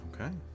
Okay